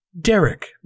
Derek